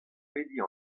pediñ